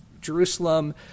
Jerusalem